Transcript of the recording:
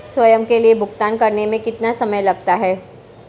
स्वयं के लिए भुगतान करने में कितना समय लगता है?